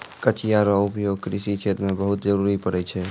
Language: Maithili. कचिया रो उपयोग कृषि क्षेत्र मे बहुत जरुरी पड़ै छै